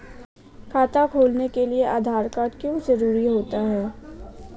खाता खोलने के लिए आधार कार्ड क्यो जरूरी होता है?